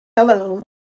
Hello